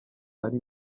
ari